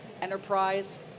enterprise